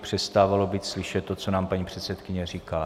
Přestávalo být slyšet to, co nám paní předsedkyně říká.